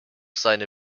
seine